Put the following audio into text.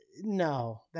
No